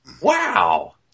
Wow